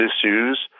issues